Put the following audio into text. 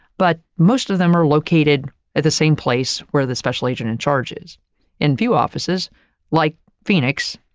but most of them are located at the same place where the special agent in charge is in view offices like phoenix,